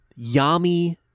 Yami